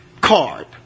card